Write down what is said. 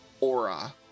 aura